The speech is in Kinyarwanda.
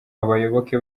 abayoboke